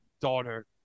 daughter